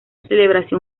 celebración